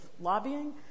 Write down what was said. lobbying